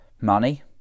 money